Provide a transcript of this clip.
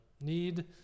need